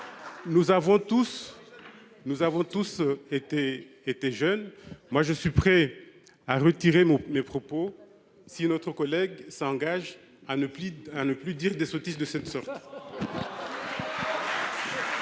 Nous avons tous été jeunes. Je suis prêt à retirer mes propos si notre collègue s'engage à ne plus dire de sottises de la sorte.